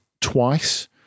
twice